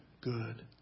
good